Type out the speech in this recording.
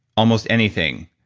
almost anything,